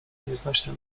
nieznośny